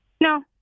No